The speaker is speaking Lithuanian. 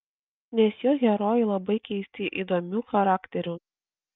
nes jo herojai labai keisti įdomių charakterių